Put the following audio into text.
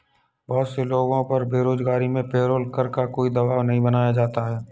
बहुत से लोगों पर बेरोजगारी में पेरोल कर का कोई दवाब नहीं बनाया जाता है